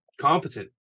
competent